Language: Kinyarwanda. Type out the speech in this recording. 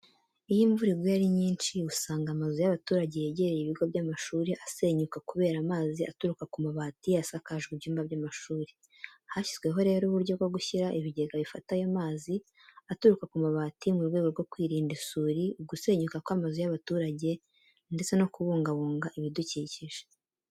Iyo imvura iguye ari nyinshi usanga amazu y'abaturage yegereye ibigo by'amashuri asenyuka kubera amazi aturuka ku mabati asakajwe ibyumba by'amashuri. Hashyizweho rero uburyo bwo gushyira ibigega bifata ayo mazi aturuka ku mabati mu bwego rwo kwirinda isuri, ugusenyuka kw'amazu y'abaturage ndetse no kubugabunga ibidukikije.